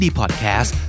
podcast